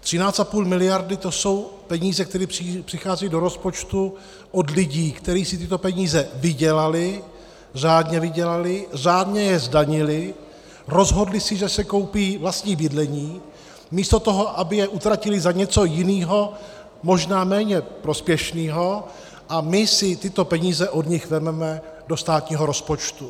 13,5 miliardy, to jsou peníze, které přicházejí do rozpočtu od lidí, které si tyto peníze vydělali, řádně vydělali, řádně je zdanili, rozhodli se, že si koupí vlastní bydlení místo toho, aby je utratili za něco jiného, možná méně prospěšného, a my si tyto peníze od nich vezmeme do státního rozpočtu.